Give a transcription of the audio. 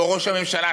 או ראש הממשלה,